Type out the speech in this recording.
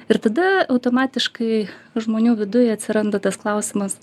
ir tada automatiškai žmonių viduj atsiranda tas klausimas